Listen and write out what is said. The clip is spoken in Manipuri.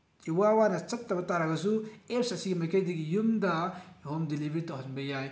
ꯏꯋꯥ ꯋꯥꯅ ꯆꯠꯇꯕ ꯇꯥꯔꯒꯁꯨ ꯑꯦꯞꯁ ꯑꯁꯤꯒꯤ ꯃꯥꯏꯀꯩꯗꯒꯤ ꯌꯨꯝꯗ ꯍꯣꯝ ꯗꯤꯂꯤꯕꯔꯤ ꯇꯧꯍꯟꯕ ꯌꯥꯏ